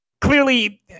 clearly